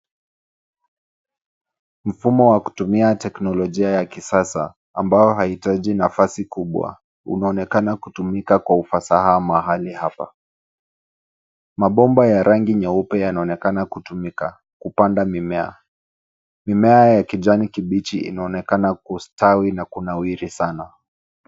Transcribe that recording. Mfumo wa kutumia teknolojia ya kisasa ambayo haihitaji nafasi kubwa unaonekana kutumika kwa ufasaha mahali hapa. Mabomba ya rangi nyeupe yanaonekana kutumika kupanda mimea. Mimea ya kijani kibichi inaonekana kustawi na kunawiri sana.